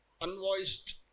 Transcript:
unvoiced